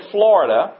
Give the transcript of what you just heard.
Florida